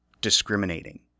discriminating